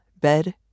bed